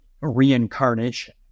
reincarnation